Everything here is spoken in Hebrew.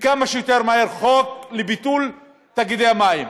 וכמה שיותר מהר, חוק לביטול תאגידי המים.